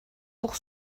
pour